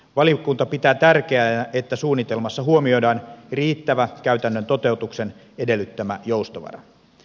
valiokunta pitää tärkeänä että suunnitelmassa huomioidaan riittävä käytännön toteutuksen edellyttämä joustovara